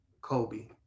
Kobe